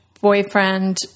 boyfriend